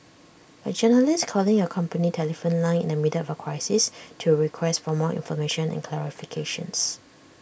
A journalist calling your company telephone line in the middle of A crisis to request for more information and clarifications